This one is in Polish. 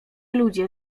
ludzie